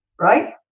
Right